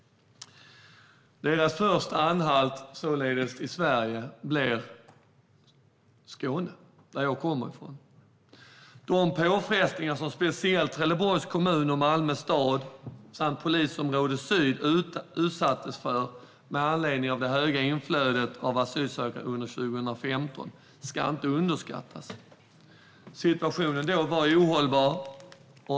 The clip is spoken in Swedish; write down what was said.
Deras första anhalt till Sverige blir Skåne, som jag kommer från. De påfrestningar som speciellt Trelleborgs kommun och Malmö stad samt Polisområde Syd utsattes för med anledning av det höga inflödet av asylsökande under 2015 ska inte underskattas. Situationen då var ohållbar.